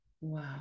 Wow